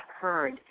heard